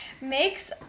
makes